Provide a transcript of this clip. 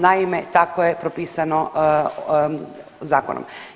Naime, tako je propisano zakonom.